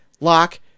lock